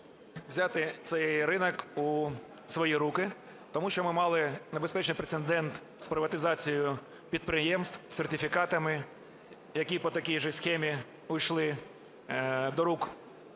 взяти цей ринок у свої руки, тому що ми мали небезпечний прецедент з приватизацією підприємств, сертифікатами, які по такій же схемі пішли до рук